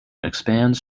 expands